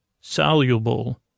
Soluble